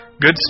Good